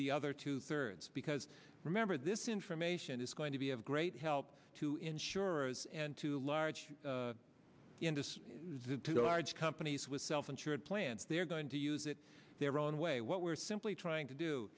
the other two thirds because remember this information is going to be of great help to insurers and to a large industry the large companies with self insured plans they're going to use it their own way what we're simply trying to do